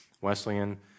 Wesleyan